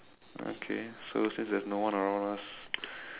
okay so since there's no one around us